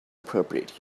appropriate